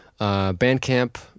Bandcamp